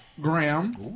Graham